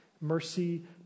mercy